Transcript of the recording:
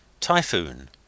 Typhoon